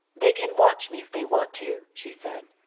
they can watch me if they want to, she said.